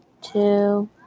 two